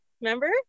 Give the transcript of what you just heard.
remember